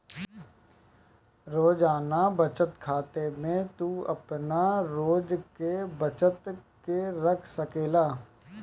रोजाना बचत खाता में तू आपन रोज के बचत के रख सकेला